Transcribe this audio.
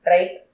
Right